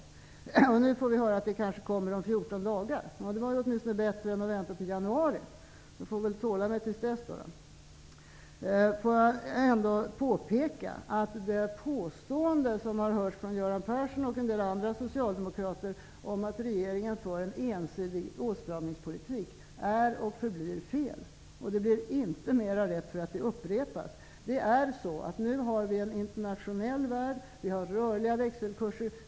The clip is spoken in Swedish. Nu får vi höra att ett sådant besked kanske kommer om 14 dagar. Det är åtminstone bättre än att vänta till januari. Jag får väl tåla mig några veckor. Låt mig vidare påpeka att påståendet från Göran Persson och en del andra socialdemokrater att regeringen för en ensidig åtstramningspolitik är och förblir felaktigt. Det blir inte mera rätt av att upprepas. Vi har nu en internationell värld med rörliga växelkurser.